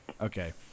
Okay